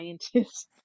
Scientists